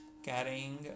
Carrying